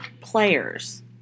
players